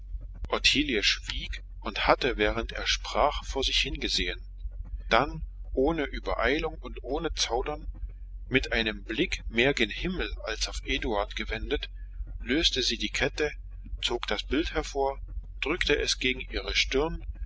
schwieg und hatte während er sprach vor sich hingesehen dann ohne übereilung und ohne zaudern mit einem blick mehr gen himmel als auf eduard gewendet löste sie die kette zog das bild hervor drückte es gegen ihre stirn